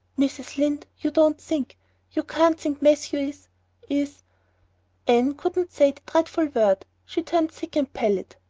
mrs. lynde, you don't think you can't think matthew is is anne could not say the dreadful word she turned sick and pallid.